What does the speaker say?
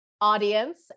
audience